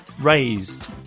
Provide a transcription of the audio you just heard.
raised